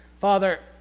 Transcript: Father